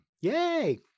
yay